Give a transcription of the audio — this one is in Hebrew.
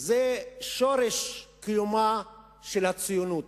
זה שורש קיומה של הציונות,